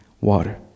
water